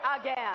again